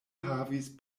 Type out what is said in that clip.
havis